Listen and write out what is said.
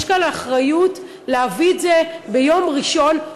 יש כאן אחריות להביא את זה ביום ראשון,